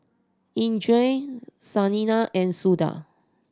Indranee Saina and Suda